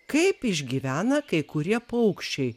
kaip išgyvena kai kurie paukščiai